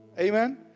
Amen